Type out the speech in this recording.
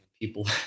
people